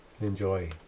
enjoy